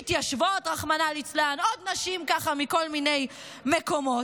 מתיישבות, רחמנא ליצלן, עוד נשים מכל מיני מקומות.